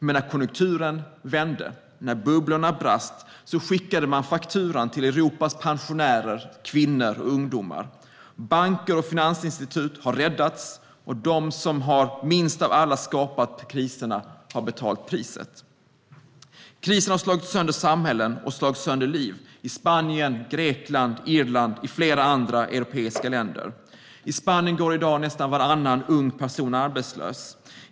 Men när konjunkturen vände och när bubblorna brast skickade man fakturan till Europas pensionärer, kvinnor och ungdomar. Banker och finansinstitut har räddats, och de som minst av alla har skapat kriserna har fått betala priset. Krisen har slagit sönder samhällen och liv i Spanien, i Grekland, på Irland och i flera andra europeiska länder. I Spanien går i dag nästan varannan ung person arbetslös.